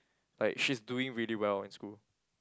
like she's doing really well in school